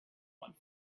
one